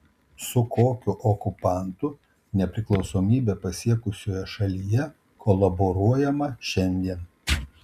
su kokiu okupantu nepriklausomybę pasiekusioje šalyje kolaboruojama šiandien